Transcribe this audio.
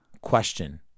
question